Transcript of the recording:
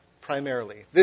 primarily